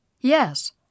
Yes